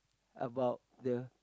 about the